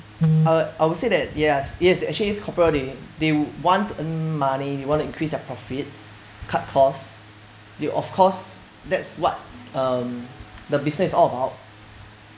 uh I would say that ya yes actually corporate world they want to earn money they want to increase their profits cut costs they of course that's what um the business is all about